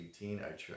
18